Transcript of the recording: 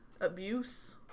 Abuse